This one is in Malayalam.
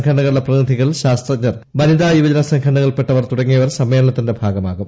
സംഘടനകളുടെ പ്രതിനിധികൾ ശാസ്ത്രജ്ഞർ വനിതാ യുവജന സംഘടനകളിൽപ്പെട്ടവർ തുടങ്ങിയവർ സമ്മേളനത്തിന്റെ ഭാഗമാകും